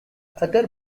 other